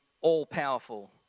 all-powerful